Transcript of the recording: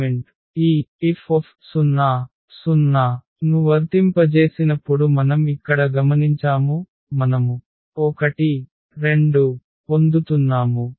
ఈ F00 ను వర్తింపజేసినప్పుడు మనం ఇక్కడ గమనించాము మనము 12 పొందుతున్నాము